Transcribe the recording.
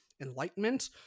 enlightenment